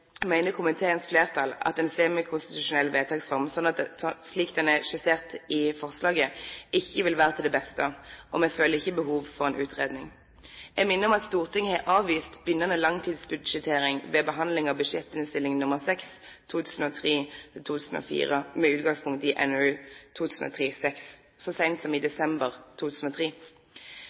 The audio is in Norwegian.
Komiteens flertall mener at en semikonstitusjonell vedtaksform, slik den er skissert i forslaget, ikke vil være til det beste, og vi føler ikke behov for en utredning. Jeg minner om at Stortinget avviste bindende langtidsbudsjettering ved behandlingen av Budsjett-innst. S. nr. 6 for 2003–2004, med utgangspunkt i NOU 2003:6, så sent som i desember 2003.